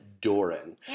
Doran